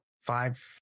five